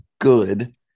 good